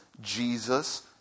Jesus